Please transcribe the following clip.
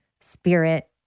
spirit